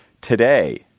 Today